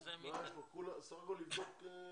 סך הכול לבדוק זכאות.